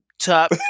top